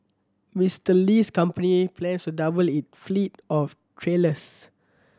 Mister Li's company plans to double it fleet of trailers